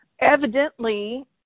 Evidently